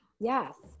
Yes